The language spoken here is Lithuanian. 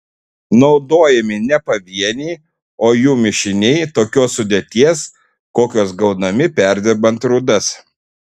naudojami ne pavieniai o jų mišiniai tokios sudėties kokios gaunami perdirbant rūdas